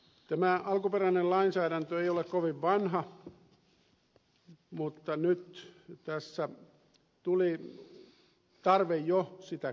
tämä alkuperäinen lainsäädäntö ei ole kovin vanha mutta nyt tässä tuli tarve jo sitä korjata